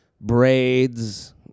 Braids